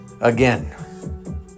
Again